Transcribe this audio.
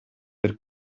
per